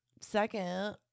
Second